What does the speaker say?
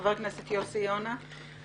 חבר הכנסת יוסי יונה.